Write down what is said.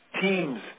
teams